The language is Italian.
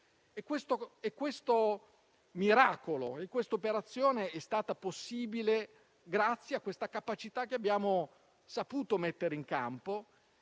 Questo miracolo e questa operazione sono stati possibili grazie a questa capacità che abbiamo saputo mettere in campo